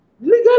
legal